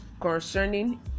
concerning